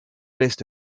list